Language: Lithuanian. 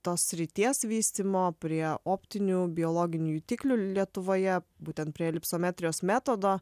tos srities vystymo prie optinių biologinių jutiklių lietuvoje būtent prie lipsometrijos metodo